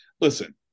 Listen